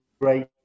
great